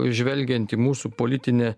žvelgiant į mūsų politinę